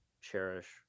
cherish